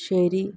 ശരി